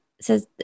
says